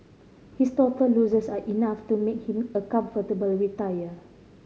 his total losses are enough to make him a comfortable retiree